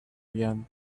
again